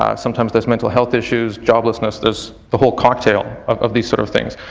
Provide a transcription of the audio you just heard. ah sometimes there's mental health issues, joblessness. there's the whole cocktail of these sort of things.